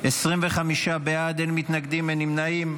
25 בעד, אין מתנגדים, אין נמנעים.